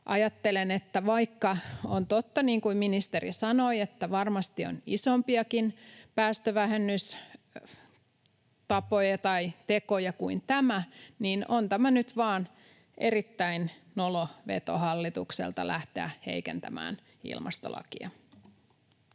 ajattelen, että vaikka on totta, niin kuin ministeri sanoi, että varmasti on isompiakin päästövähennystapoja tai ‑tekoja kuin tämä, niin on tämä nyt vain erittäin nolo veto hallitukselta lähteä heikentämään ilmastolakia.